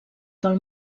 del